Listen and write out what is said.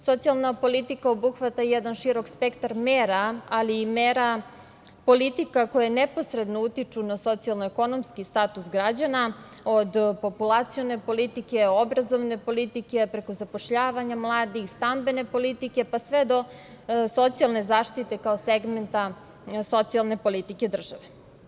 Socijalna politika obuhvata jedan širok spektar mera, ali i mera politika koje neposredno utiču na socijalno-ekonomski status građana, od populacione politike, obrazovne politike, preko zapošljavanja mladih, stambene politike, pa sve do socijalne zaštite kao segmenta socijalne politike države.